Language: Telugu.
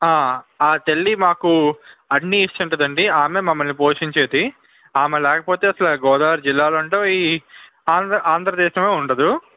ఆ ఆ తల్లి మాకు అన్ని ఇస్తూ ఉంటుంది అండి ఆమె ఏ మమ్మల్ని పోషించేది ఆమె లేకపోతే అసలు గోదావరి జిల్లాలు ఉండవు ఈ ఆంధ్ర ఆంధ్ర దేశమే ఉండదు